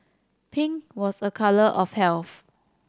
pink was a colour of health